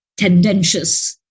tendentious